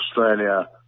Australia